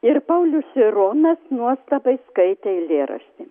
ir paulius šironas nuostabai skaitė eilėraštį